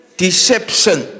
deception